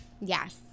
yes